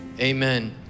amen